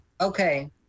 okay